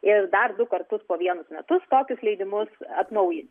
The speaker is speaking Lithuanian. ir dar du kartus po vienus metus tokius leidimus atnaujinti